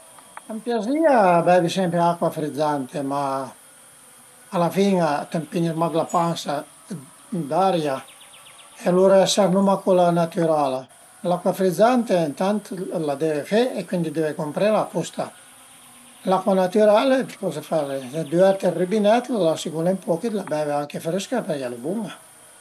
A m'piazerìa beivi sempre acua frizante, ma a la fin a t'ëmpinis mach la pansa d'aria e alura sernuma cula natürala, l'acua frizzante ëntant la deve fe e cuindi deve cumprela, a custa, l'acua natüral, coza fase, düverte ël rübinèt, la lase culé ën poch e la beive anche frësca perché al e bun-a